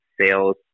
Sales